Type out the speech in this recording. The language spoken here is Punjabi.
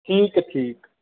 ਠੀਕ ਹੈ ਠੀਕ